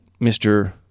Mr